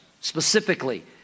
specifically